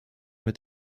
mit